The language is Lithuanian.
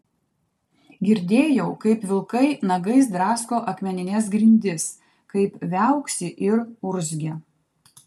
girdėjau kaip vilkai nagais drasko akmenines grindis kaip viauksi ir urzgia